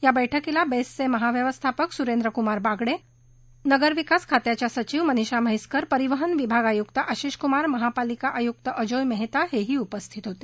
या वैठकीला बेस्टचे महाव्यवस्थापक सुरेंद्र कुमार बागडे नगरविकास खात्याच्या सचिव मनिषा म्हैकर परिवहन विभाग आयक्त आशिषकुमार महापालिका आयुक्त अजोय मेहता हेही उपस्थित होते